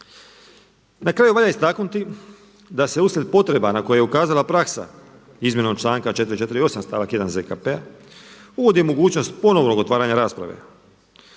Na kraju valja istaknuti da se uslijed potreba na koje je ukazala praksa izmjenom članka 448. stavak 1. ZKP-a uvodi mogućnost ponovnog otvaranja rasprave.